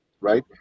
right